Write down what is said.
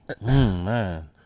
man